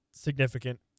significant